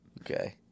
Okay